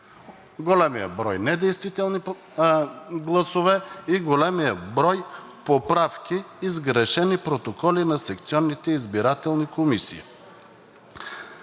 големия брой недействителни гласове и големия брой поправки и сгрешени протоколи на секционните избирателни комисии.